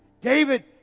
David